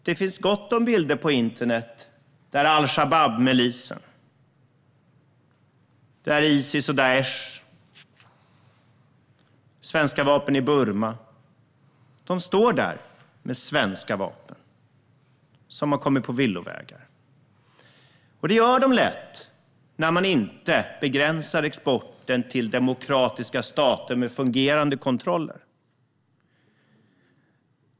Det finns gott om bilder på internet på al-Shabab-milis och Daish och från Burma. De står där med svenska vapen som har kommit på villovägar. Det gör de lätt när man inte begränsar exporten till demokratiska stater med fungerande kontroller.